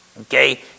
Okay